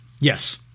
Yes